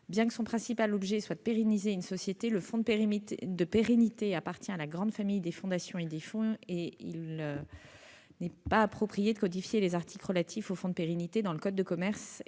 Bien que son principal objet soit de pérenniser une société, le fonds de pérennité appartient à la grande famille des fondations et des fonds. Il n'est donc pas approprié de codifier les articles qui s'y rapportent dans le code de commerce.